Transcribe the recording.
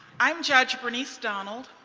i am judge bernice donald.